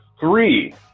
three